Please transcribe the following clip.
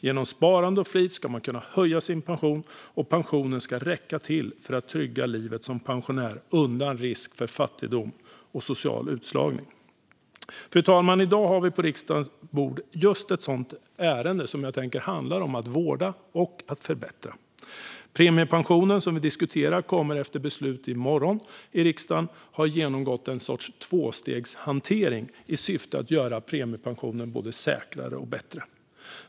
Genom sparande och flit ska man kunna höja sin pension, och pensionen ska räcka till för att trygga livet som pensionär undan risk för fattigdom och social utslagning. Fru talman! I dag har vi på riksdagens bord ett ärende som handlar om att vårda och förbättra. Premiepensionen, som vi diskuterar, kommer efter beslutet i riksdagen i morgon att ha genomgått en sorts tvåstegshantering i syfte att göra den både säkrare och bättre.